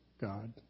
God